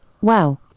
Wow